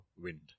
wind